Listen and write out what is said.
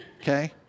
Okay